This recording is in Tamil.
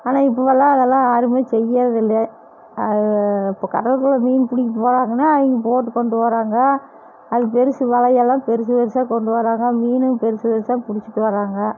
ஆனால் இப்போதெல்லாம் அதெலாம் யாரும் செய்யறது இல்லை இப்போ கடலுக்குள்ளே மீன் பிடிக்க போகிறாங்கன்னா அவங்க போட்டு கொண்டு வராங்க அதுக்கு பெரிசு வலையெல்லாம் பெரிசு பெரிசா கொண்டு வராங்க மீனும் பெரிசு பெரிசா பிடுச்சிட்டு வராங்க